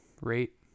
rate